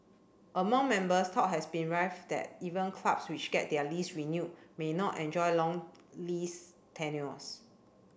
among members talk has been rife that even clubs which get their lease renewed may not enjoy long lease tenures